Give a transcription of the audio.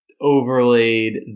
overlaid